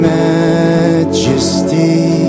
majesty